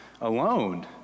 alone